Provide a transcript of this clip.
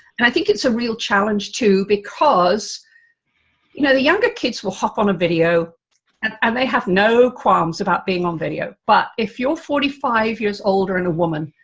and i think it's a real challenge too, because you know the younger kids will hop on a video and and they have no qualms about being on video, but if you're forty five years or older and a woman,